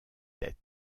tête